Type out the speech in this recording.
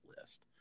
list